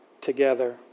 together